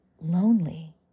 lonely